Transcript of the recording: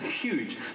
huge